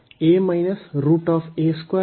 ಆದ್ದರಿಂದ ಇದು ಏನು